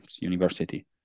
university